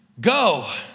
Go